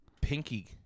pinky